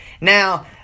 Now